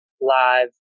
live